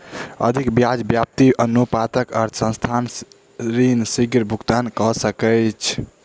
अधिक ब्याज व्याप्ति अनुपातक अर्थ संस्थान ऋण शीग्र भुगतान कय सकैछ